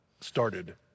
started